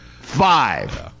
Five